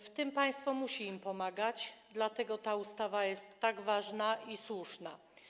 W tym państwo musi im pomagać, dlatego ta ustawa jest tak ważna i słuszna.